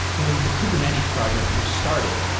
when the kubernetes project was started,